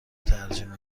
ترجیح